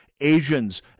Asians